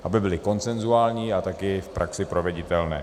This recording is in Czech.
Aby byly konsenzuální a taky v praxi proveditelné.